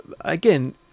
again